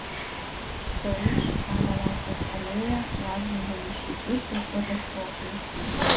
kariai šukavo laisvės alėją gąsdindami hipius ir protestuotojus